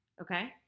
Okay